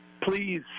please